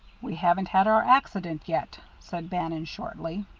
we haven't had our accident yet, said bannon, shortly.